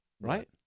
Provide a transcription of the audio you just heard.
Right